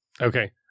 Okay